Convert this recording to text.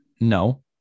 no